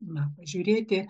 na pažiūrėti